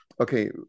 Okay